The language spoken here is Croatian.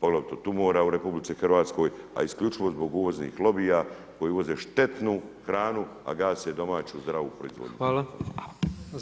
poglavito tumora u RH, a isključivo zbog uvoznih lobija koji uvoze štetnu hranu, a gase domaću zdravu proizvodnju